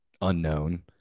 unknown